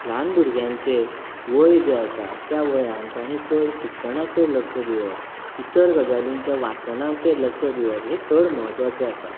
ल्हान भुरग्यांचें वय जें आसा त्या वयांत ताणें चड शिक्षणाचेर लक्ष दिवप इतर गजालीच्या वाचनाचेर लक्ष दिवप हें चड महत्वाचें आसा